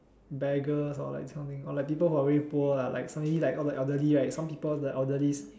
beggars or like this kind of thing or like people who are very poor ah like so maybe like all the elderly right some people the elderlies